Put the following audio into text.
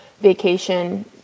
vacation